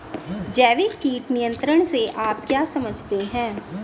जैविक कीट नियंत्रण से आप क्या समझते हैं?